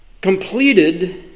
completed